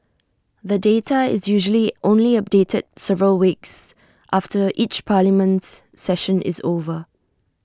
the data is usually only updated several weeks after each parliament session is over